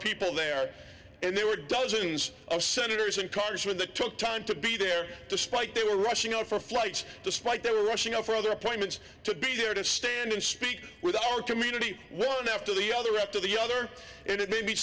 people there and there were dozens of senators and congressmen that took time to be there despite they were rushing out for flight despite they were rushing out for other appointments to be there to stand and speak with our community one after the other after the other and it ma